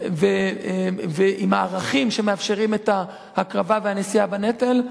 ועם ערכים שמאפשרים את ההקרבה והנשיאה בנטל,